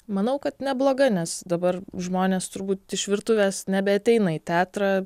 manau kad nebloga nes dabar žmonės turbūt iš virtuvės nebeateina į teatrą